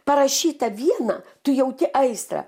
parašyta viena tu jauti aistrą